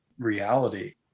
reality